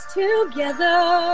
together